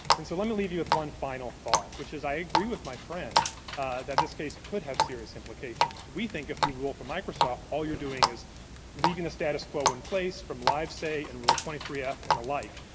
and so let me leave you with one final thought, which is i agree with my friend that this case could have serious implications. we think if you rule for microsoft, all you're doing is leaving a status quo in place from livesay and rule twenty three f and the like,